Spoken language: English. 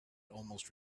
almost